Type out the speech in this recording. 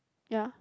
ya